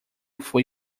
foi